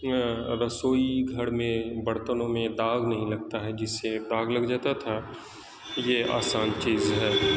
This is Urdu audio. رسوئی گھر میں برتنوں میں داغ نہیں لگتا ہے جس سے داغ لگ جاتا تھا یہ آسان چیز ہے